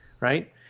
right